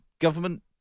government